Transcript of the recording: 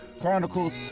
Chronicles